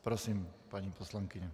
Prosím, paní poslankyně.